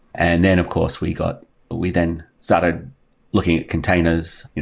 and then of course, we got we then started looking at containers.